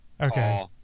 Okay